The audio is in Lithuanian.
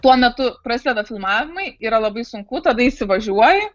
tuo metu prasideda filmavimai yra labai sunku tada įsivažiuoji